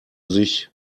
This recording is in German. sich